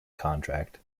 contract